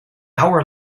hour